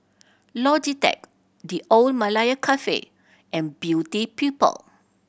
Logitech The Old Malaya Cafe and Beauty People